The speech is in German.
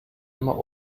immer